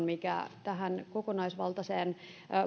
mikä tähän kokonaisvaltaiseen